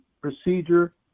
procedure